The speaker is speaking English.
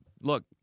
look